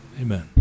amen